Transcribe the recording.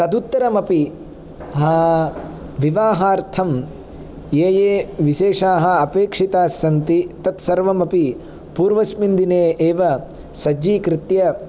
तदुत्तरमपि विवाहार्थं ये ये विशेषाः अपेक्षितास्सन्ति तत्सर्वमपि पूर्वस्मिन् दिने एव सज्जीकृत्य